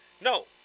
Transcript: No